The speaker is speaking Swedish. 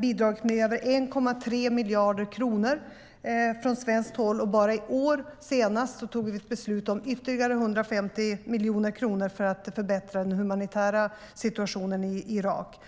bidragit med över 1,3 miljarder kronor från svenskt håll, och senast i år fattade vi beslut om ytterligare 150 miljoner kronor för att förbättra den humanitära situationen i Irak.